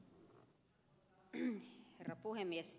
herra puhemies